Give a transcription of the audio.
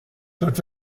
dort